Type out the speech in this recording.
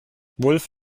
wulff